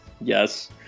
Yes